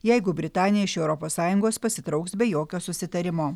jeigu britanija iš europos sąjungos pasitrauks be jokio susitarimo